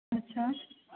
अच्छा